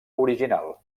original